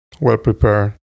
well-prepared